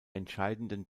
entscheidenden